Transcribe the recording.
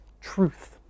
truth